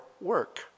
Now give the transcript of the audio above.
work